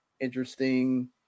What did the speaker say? interesting